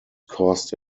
caused